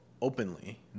openly